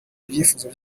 icyifuzo